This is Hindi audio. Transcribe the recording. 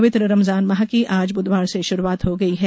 पवित्र रमज़ान माह की आज बुधवार से शुरुआत हो गई है